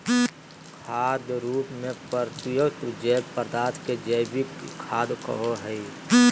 खाद रूप में प्रयुक्त जैव पदार्थ के जैविक खाद कहो हइ